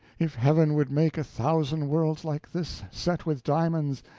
if heaven would make a thousand worlds like this, set with diamonds,